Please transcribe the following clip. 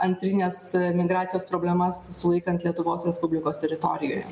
antrinės migracijos problemas sulaikant lietuvos respublikos teritorijoje